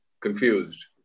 confused